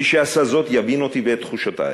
מי שעשה זאת יבין אותי ואת תחושותי.